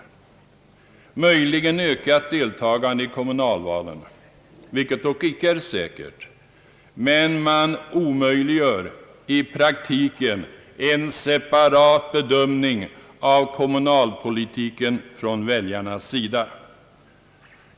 Man vinner möjligen ökat deltagande i kommunalvalen, vilket dock icke är säkert, men man omöjliggör i praktiken en separat bedömning av kommunalpolitiken från väljarnas sida.